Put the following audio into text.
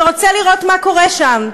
ורוצה לראות מה קורה שם.